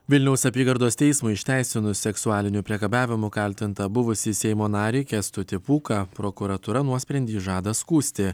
vilniaus apygardos teismui išteisinus seksualiniu priekabiavimu kaltintą buvusį seimo narį kęstutį pūką prokuratūra nuosprendį žada skųsti